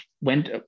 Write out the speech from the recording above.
went